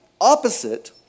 opposite